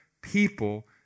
people